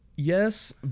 Yes